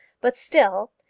but still,